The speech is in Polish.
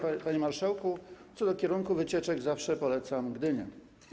Panie marszałku, co do kierunku wycieczek zawsze polecam Gdynię.